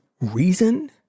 reason